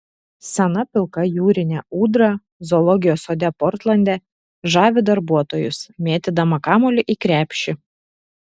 sena pilka jūrinė ūdra zoologijos sode portlande žavi darbuotojus mėtydama kamuolį į krepšį